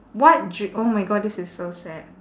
what drea~ oh my god this is so sad